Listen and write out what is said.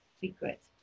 secret